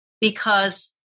because-